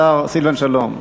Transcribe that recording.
השר סילבן שלום,